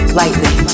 lightly